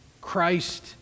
Christ